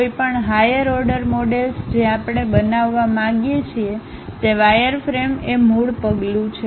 કોઈપણ higher order models જે આપણે બનાવવા માંગીએ છીએ તે વાયરફ્રેમ એ મૂળ પગલું છે